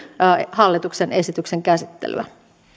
hallituksen esityksen käsittelyä